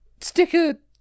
Sticker